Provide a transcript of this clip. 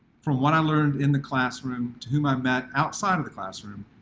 from what i learned in the classroom to whom i met outside of the classroom,